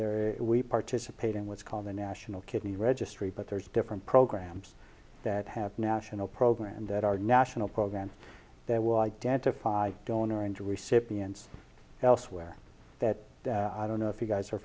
there we participate in what's called the national kidney registry but there's different programs that have national programs that are national programs that will identify donor and recipient elsewhere that i don't know if you guys are